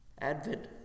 Advent